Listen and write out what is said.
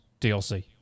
DLC